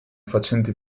facenti